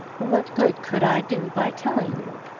what good could i do by telling you?